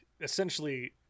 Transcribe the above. essentially